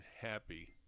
happy